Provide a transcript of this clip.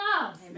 love